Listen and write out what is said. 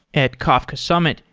at kafka summit,